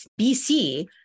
BC